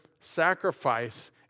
sacrifice